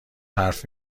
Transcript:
حرف